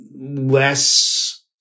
less